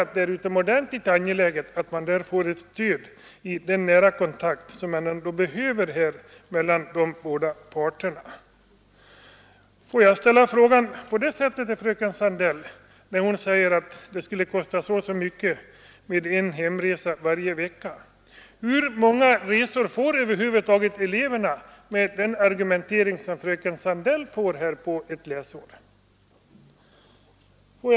Och då är det utomordentligt viktigt att de får hjälp till den nära kontakt som bör finnas mellan de båda parterna. Fröken Sandell sade att det skulle kosta så och så mycket med en hemresa varje vecka. Får jag då fråga: Hur många resor får eleverna under ett läsår, om riksdagen följer vad fröken Sandell här talar för?